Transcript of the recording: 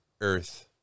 Earth